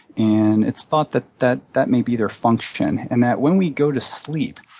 and it's thought that that that may be their function and that when we go to sleep,